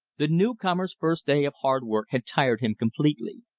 the newcomer's first day of hard work had tired him completely.